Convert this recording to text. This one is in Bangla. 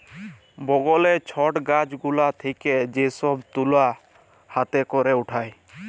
বগলে ছট গাছ গুলা থেক্যে যে সব তুলা হাতে ক্যরে উঠায়